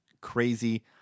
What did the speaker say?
crazy